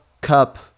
Cup